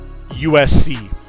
USC